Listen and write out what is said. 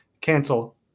cancel